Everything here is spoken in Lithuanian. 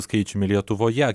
skaičiumi lietuvoje